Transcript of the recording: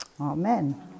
amen